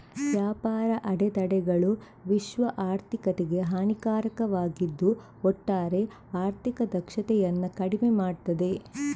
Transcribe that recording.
ವ್ಯಾಪಾರ ಅಡೆತಡೆಗಳು ವಿಶ್ವ ಆರ್ಥಿಕತೆಗೆ ಹಾನಿಕಾರಕವಾಗಿದ್ದು ಒಟ್ಟಾರೆ ಆರ್ಥಿಕ ದಕ್ಷತೆಯನ್ನ ಕಡಿಮೆ ಮಾಡ್ತದೆ